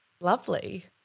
Lovely